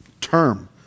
term